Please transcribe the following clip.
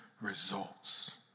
results